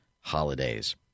Holidays